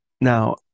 Now